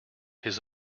his